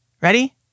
Ready